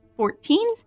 Fourteen